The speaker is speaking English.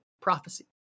Prophecy